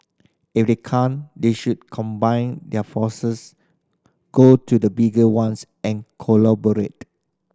if they can't they should combine their forces go to the bigger ones and collaborate